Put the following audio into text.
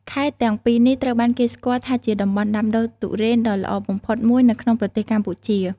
ខេត្តទាំងពីរនេះត្រូវបានគេស្គាល់ថាជាតំបន់ដាំដុះទុរេនដ៏ល្អបំផុតមួយនៅក្នុងប្រទេសកម្ពុជា។